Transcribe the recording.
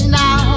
now